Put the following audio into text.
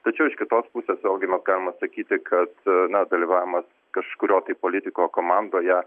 tačiau iš kitos pusės vėlgi mes galima sakyti kad na dalyvavimas kažkurio tai politiko komandoje